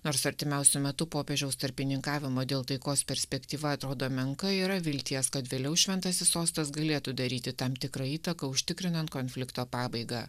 nors artimiausiu metu popiežiaus tarpininkavimo dėl taikos perspektyva atrodo menka yra vilties kad vėliau šventasis sostas galėtų daryti tam tikrą įtaką užtikrinant konflikto pabaigą